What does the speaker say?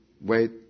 Wait